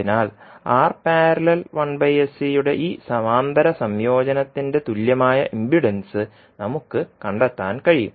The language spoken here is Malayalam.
അതിനാൽ R||1sC യുടെ ഈ സമാന്തര സംയോജനത്തിന്റെ തുല്യമായ ഇംപഡൻസ് നമുക്ക് കണ്ടെത്താൻ കഴിയും